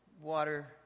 water